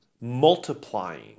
multiplying